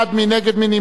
נא להצביע.